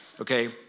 okay